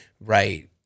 Right